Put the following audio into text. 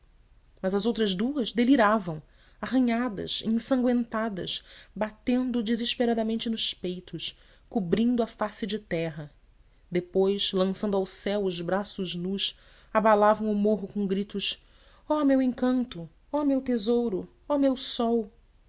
mas as outras duas deliravam arranhadas ensangüentadas batendo desesperadamente nos peitos cobrindo a face de terra depois lançando ao céu os braços nus abalavam o morro com gritos oh meu encanto oh meu tesouro oh meu sol